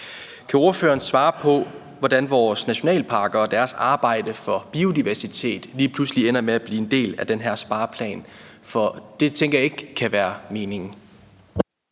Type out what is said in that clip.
Kan ordføreren svare på, hvordan vores nationalparker og deres arbejde for biodiversitet lige pludselig ender med at blive en del af den her spareplan? For det tænker jeg ikke kan være meningen.